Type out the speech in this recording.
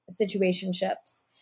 situationships